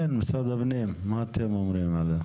כן, משרד הפנים, מה אתם אומרים על זה?